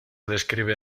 describe